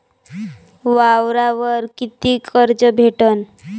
वावरावर कितीक कर्ज भेटन?